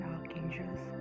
Archangels